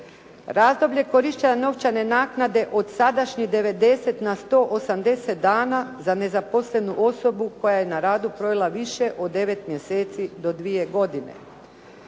razdoblje korištenja novčane naknade od sadašnjih 90 na 180 dana za nezaposlenu osobu koja je na radu provela više od devet mjeseci do 2 godine.